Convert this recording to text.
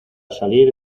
salir